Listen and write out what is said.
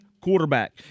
quarterback